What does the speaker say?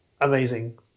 amazing